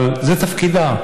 אבל זה תפקידה.